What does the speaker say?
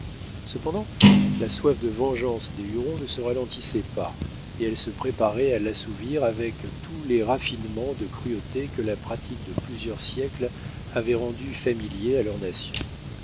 cependant la soif de vengeance des hurons ne se ralentissait pas et ils se préparaient à l'assouvir avec tous les raffinements de cruauté que la pratique de plusieurs siècles avait rendus familiers à leur nation